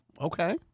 okay